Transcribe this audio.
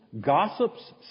gossips